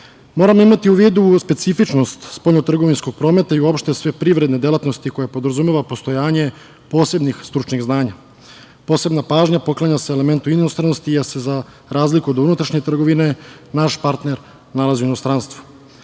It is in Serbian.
imati u vidu specifičnost spoljntrgovinskog prometa i uopšte sve privredne delatnosti koje podrazumevaju postojanje posebnih stručnih znanja. Posebna pažnja se poklanja elementu inostranosti, jer se za razliku od unutrašnje trgovine naš partner nalazi u inostranstvu.